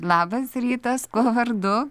labas rytas kuo vardu